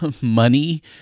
money